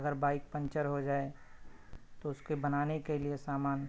اگر bike puncture ہوجائے تو اس کے بنانے کے لیے سامان